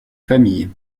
familles